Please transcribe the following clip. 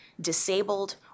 disabled